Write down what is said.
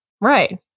Right